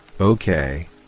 okay